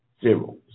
zero